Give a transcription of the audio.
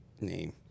name